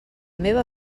meva